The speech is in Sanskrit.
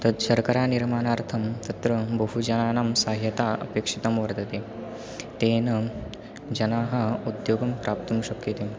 तत्र शर्करानिर्माणार्थं तत्र बहु जनानां सहायता अपेक्षितं वर्तते तेन जनाः उद्योगं प्राप्तुं शक्यन्ते